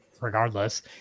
regardless